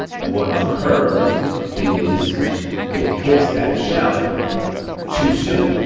what occurs is it hits that shelf too soon,